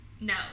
No